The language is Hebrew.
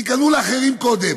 תיכנעו לאחרים קודם.